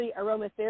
aromatherapy